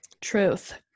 truth